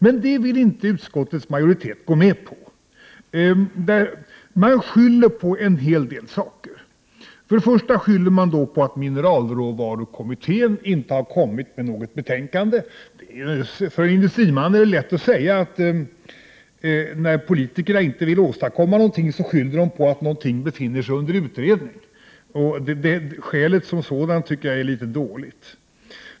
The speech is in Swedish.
Men det vill inte utskottets majoritet gå med på. Man skyller på en hel del saker. För det första skyller man på att mineralråvarukommittén inte har lagt fram något betänkande. För en industriman är det lätt att säga att när politikerna inte vill åstadkomma något skyller de på att något befinner sig under utredning, och skälet som sådant tycker jag är litet dåligt.